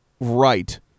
right